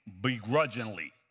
begrudgingly